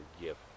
gift